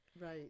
right